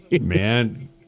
Man